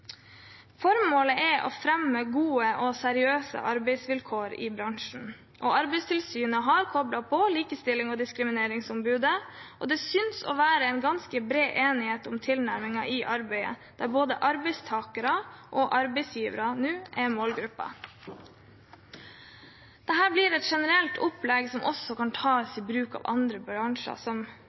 Formålet er å fremme gode og seriøse arbeidsvilkår i bransjen. Arbeidstilsynet har koblet på Likestillings- og diskrimineringsombudet, og det synes å være en ganske bred enighet om tilnærmingen i arbeidet, der både arbeidstakere og arbeidsgivere nå er målgruppe. Dette blir et generelt opplegg som også kan tas i bruk av andre bransjer,